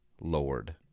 Lord